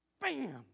Bam